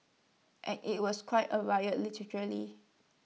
and IT was quite A riot literally